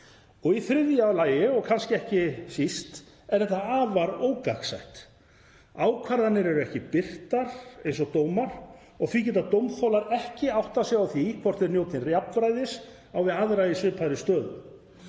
Í þriðja lagi, og kannski ekki síst, er þetta afar ógagnsætt. Ákvarðanirnar eru ekki birtar, eins og dómar, og því geta dómþolar ekki áttað sig á því hvort þeir njóti jafnræðis við aðra í svipaðri stöðu.